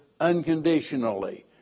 unconditionally